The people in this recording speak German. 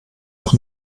doch